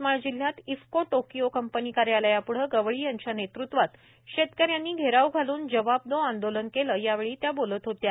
यवतमाळ जिल्ह्यात IFFCO Tokyo company कार्यालयापुढे गवळी यांच्या नेतृत्वात शेतकऱ्यांनी घेराव घालून जवाब दो आंदोलन केले यावेळी त्या बोलत होत्या